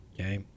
Okay